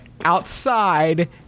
outside